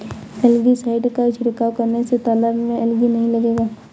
algae side का छिड़काव करने से तालाब में एलगी नहीं लगेगा